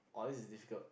!wah! this is difficult